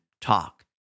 talk